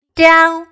down